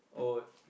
oh